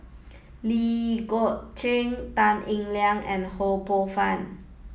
lee Gek Tan Eng Liang and Ho Poh Fun